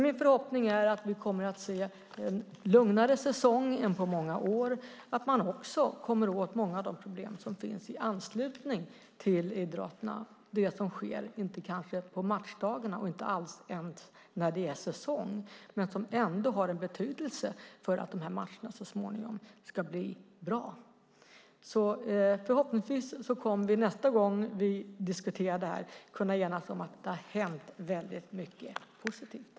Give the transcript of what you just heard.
Min förhoppning är att vi kommer att se en lugnare säsong än på många år och att vi kommer åt många av de problem som finns i anslutning till idrotterna. Det kan vara det som sker kanske inte på matchdag eller ens när det är säsong men som ändå har betydelse för att matcherna så småningom ska bli bra. Förhoppningsvis kommer vi nästa gång vi kommer att diskutera frågan att kunna enas om att det har hänt mycket positivt.